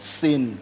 sin